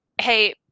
hey